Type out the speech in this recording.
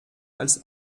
als